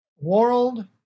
world